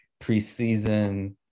preseason –